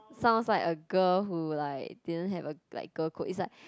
sounds like a girl who like didn't have a like girl code is like